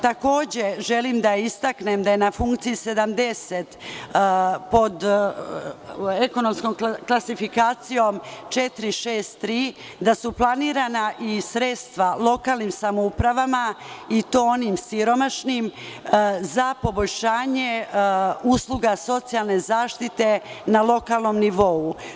Takođe, želim da istaknem da su na funkciji 70, pod ekonomskom klasifikacijom 463, planirana i sredstva lokalnim samoupravama i to onim siromašnim za poboljšanje usluga socijalne zaštite na lokalnom nivou.